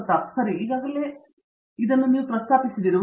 ಪ್ರತಾಪ್ ಹರಿಡೋಸ್ ಸರಿ ಈಗಾಗಲೇ ನಿಮ್ಮ ಬಗ್ಗೆ ಏನನ್ನಾದರೂ ಪ್ರಸ್ತಾಪಿಸಿದ್ದಾರೆ